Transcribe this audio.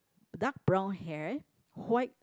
dark brown hair white